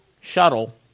shuttle